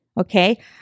okay